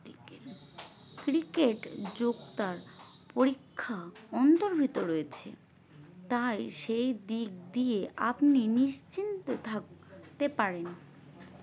cricket যুক্তার পরীক্ষা অন্তর্ভিত রয়েছে তাই সেই দিক দিয়ে আপনি নিশ্চিন্তে থাকতে পারেনে